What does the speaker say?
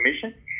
Commission